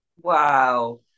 Wow